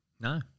No